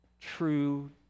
true